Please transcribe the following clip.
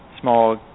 small